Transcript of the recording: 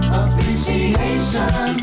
appreciation